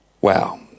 Wow